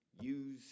use